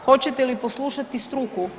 Hoćete li poslušati struku?